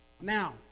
Now